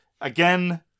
Again